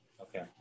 Okay